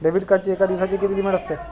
Debit कार्डची एका दिवसाची किती लिमिट असते?